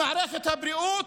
למערכת הבריאות,